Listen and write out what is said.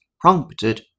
prompted